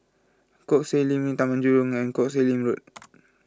Koh Sek Lim Road Taman Jurong and Koh Sek Lim Road